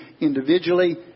individually